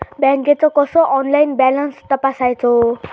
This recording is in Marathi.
बँकेचो कसो ऑनलाइन बॅलन्स तपासायचो?